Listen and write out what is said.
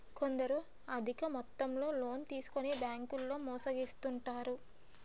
కొందరు అధిక మొత్తంలో లోన్లు తీసుకొని బ్యాంకుల్లో మోసగిస్తుంటారు